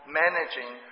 managing